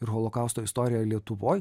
ir holokausto istoriją lietuvoj